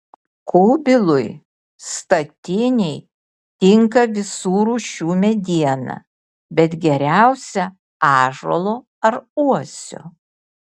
kubilui statinei tinka visų rūšių mediena bet geriausia ąžuolo ar uosio